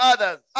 Others